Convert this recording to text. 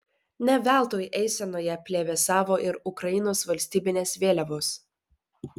ne veltui eisenoje plevėsavo ir ukrainos valstybinės vėliavos